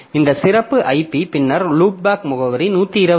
இந்த சிறப்பு IP பின்னர் லூப்பேக் முகவரி 127